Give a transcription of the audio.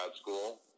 school